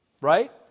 right